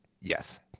Yes